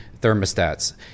thermostats